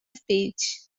speech